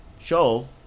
show